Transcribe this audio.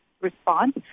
response